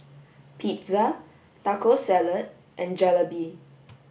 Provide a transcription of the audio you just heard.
pizza taco salad and Jalebi